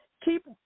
Keep